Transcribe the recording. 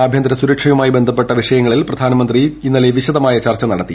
ആഭ്യന്തര സുരക്ഷയുമായി ബന്ധപ്പെട്ട വിഷയങ്ങളിൽ പ്രധാനമന്ത്രി വിശദമായ ചർച്ച നടത്തി